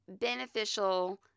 beneficial